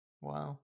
Wow